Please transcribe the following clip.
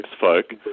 folk